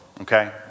Okay